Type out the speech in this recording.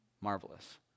Marvelous